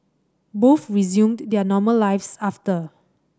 most resumed their normal lives after